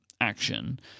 action